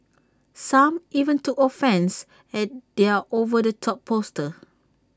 some even took offence at their over the top poster